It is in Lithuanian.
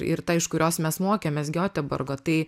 ir ta iš kurios mes mokėmės gioteburgo tai